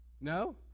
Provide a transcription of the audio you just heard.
No